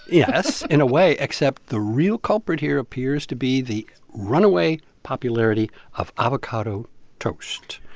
yes, in a way, except the real culprit here appears to be the runaway popularity of avocado toast